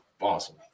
awesome